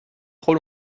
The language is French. trop